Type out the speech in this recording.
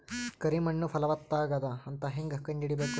ಕರಿ ಮಣ್ಣು ಫಲವತ್ತಾಗದ ಅಂತ ಹೇಂಗ ಕಂಡುಹಿಡಿಬೇಕು?